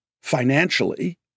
financially